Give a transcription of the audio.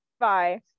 bye